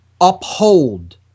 uphold